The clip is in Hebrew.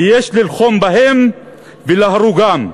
ויש ללחום בהם ולהורגם.